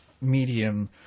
medium